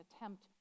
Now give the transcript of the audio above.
attempt